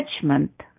judgment